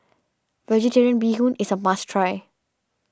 Vegetarian Bee Hoon is a must try